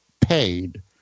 paid